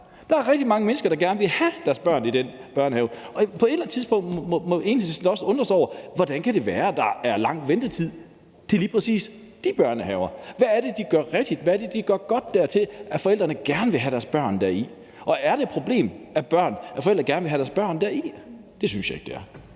Der er rigtig mange mennesker, der gerne vil have deres børn i de børnehaver. Og på et eller anden tidspunkt må Enhedslisten da også undre sig over, hvordan det kan være, at der er lang ventetid til lige præcis de børnehaver. Hvad er det, de gør rigtigt? Hvad er det, de gør godt, siden forældrene gerne vil have deres børn i de børnehaver? Og er det et problem, at forældre gerne vil have deres børn i sådan en børnehave? Det synes jeg ikke det er.